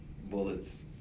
Bullets